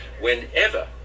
Whenever